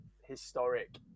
historic